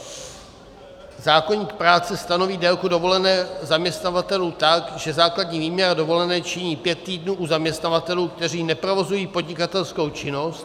Čili zákoník práce stanoví délku dovolené zaměstnavatelů tak, že základní výměra dovolené činí pět týdnů u zaměstnavatelů, kteří neprovozují podnikatelskou činnost.